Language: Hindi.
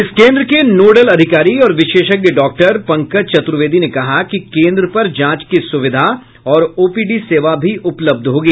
इस केन्द्र के नोडल अधिकारी और विशेषज्ञ डॉक्टर पंकज चतूर्वेदी ने कहा कि केन्द्र पर जांच की सुविधा और ओपीडी सेवा भी उपलब्ध होगी